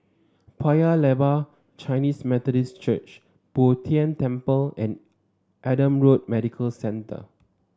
Paya Lebar Chinese Methodist Church Bo Tien Temple and Adam Road Medical Centre